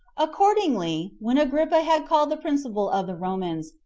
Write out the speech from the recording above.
accordingly, when agrippa had called the principal of the romans,